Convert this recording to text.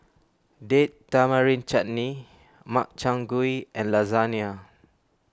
Date Tamarind Chutney Makchang Gui and Lasagne